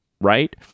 Right